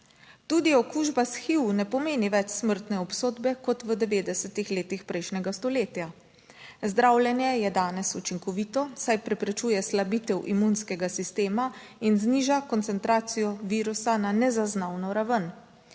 Tudi okužba s HIV ne pomeni več smrtne obsodbe kot v 90 letih prejšnjega stoletja. Zdravljenje je danes učinkovito, saj preprečuje slabitev imunskega sistema in zniža koncentracijo virusa na nezaznavno raven.